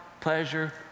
pleasure